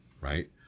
right